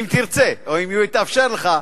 אם תרצה, או אם יתאפשר לך,